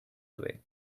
away